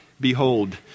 Behold